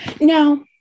Now